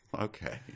Okay